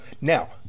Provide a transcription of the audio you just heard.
now